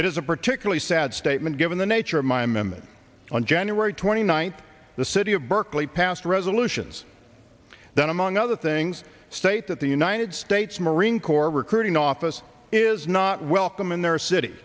it is a particularly sad statement given the nature of my members on january twenty ninth the city of berkeley passed resolutions that among other things state that the united states marine corps recruiting office is not welcome in their city